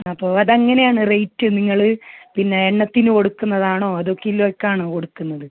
അപ്പോൾ അതെങ്ങനെയാണ് റേയ്റ്റ് നിങ്ങൾ എണ്ണത്തിന് കൊടുക്കുന്നതാണോ അതോ കിലോയ്ക്കാണോ കൊടുക്കുന്നത്